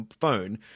phone